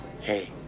Hey